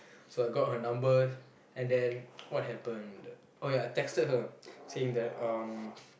so I got her number and then what happened oh ya I texted her saying that um